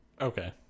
Okay